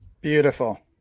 Beautiful